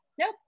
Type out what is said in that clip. Nope